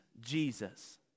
Jesus